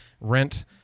rent